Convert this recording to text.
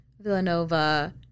Villanova